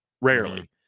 Rarely